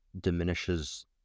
diminishes